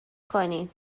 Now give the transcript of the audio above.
کنین